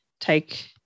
take